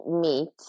meat